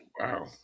wow